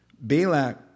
Balak